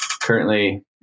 currently